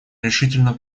решительно